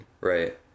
Right